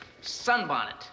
sunbonnet